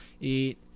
eat